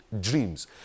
dreams